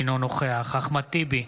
אינו נוכח אחמד טיבי,